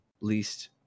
least